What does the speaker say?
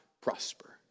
prosper